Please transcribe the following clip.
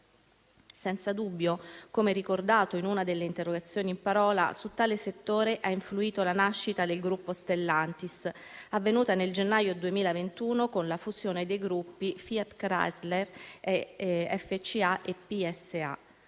Senza dubbio - come ricordato in una delle interrogazioni in parola - su tale settore ha influito la nascita del gruppo Stellantis, avvenuta nel gennaio 2021 con la fusione dei gruppi Fiat Chrysler (FCA) e PSA.